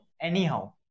Anyhow